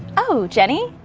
oh jenny,